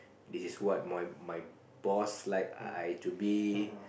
this is what my my boss like I to be